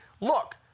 look